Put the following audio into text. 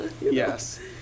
yes